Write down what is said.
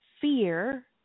fear